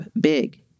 big